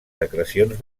secrecions